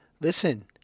Listen